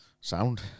Sound